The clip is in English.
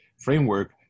framework